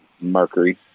mercury